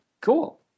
Cool